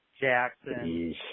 Jackson